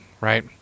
right